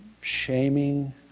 shaming